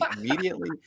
immediately